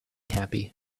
happy